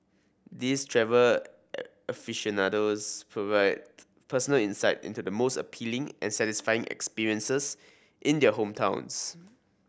these travel aficionados provide personal insight into the most appealing and satisfying experiences in their hometowns